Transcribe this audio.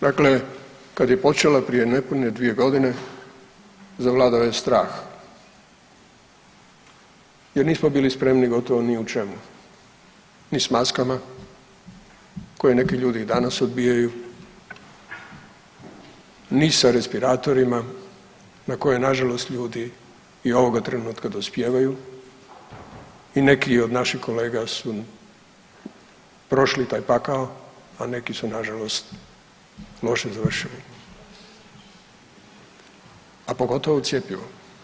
Dakle, kad je počela prije nepune 2 godine zavladao je strah jer nismo bili spremni gotovo ni u čemu, ni s maskama koje neki ljudi i danas odbijaju, ni sa respiratorima na koje nažalost ljudi i ovoga trenutka dospijevaju i neki od naših kolega su prošli taj pakao, a neki su nažalost loše završili, a pogotovo cjepivo.